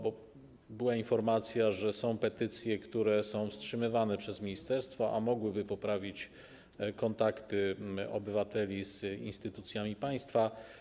Bo była informacja, że są petycje, które są wstrzymywane przez ministerstwo, a mogłyby poprawić kontakty obywateli z instytucjami państwa.